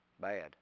Bad